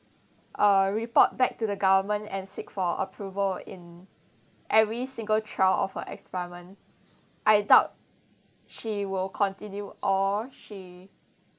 uh report back to the government and seek for approval in every single trial of her experiment I doubt she will continue or she